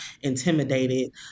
intimidated